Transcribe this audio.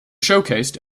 showcased